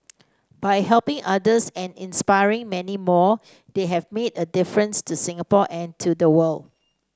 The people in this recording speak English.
by helping others and inspiring many more they have made a difference to Singapore and to the world